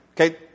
Okay